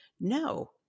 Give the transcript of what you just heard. No